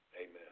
Amen